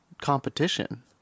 competition